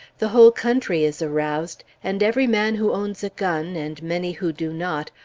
the whole country is aroused, and every man who owns a gun, and many who do not,